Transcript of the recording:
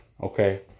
Okay